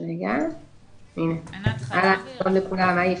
שלום לכולם.